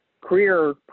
career